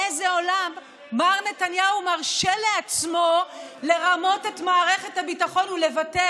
באיזה עולם מר נתניהו מרשה לעצמו לרמות את מערכת הביטחון ולוותר